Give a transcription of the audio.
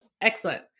Excellent